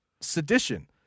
sedition